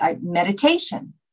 meditation